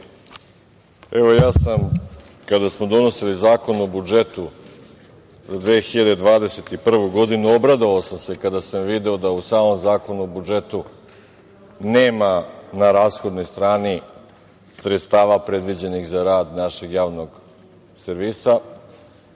ja sam se, kada smo donosili Zakon o budžetu za 2021. godinu, obradovao kada sam video da u samom Zakonu o budžetu nema na rashodnoj strani sredstava predviđenih za rad našeg javnog servisa.